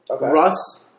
Russ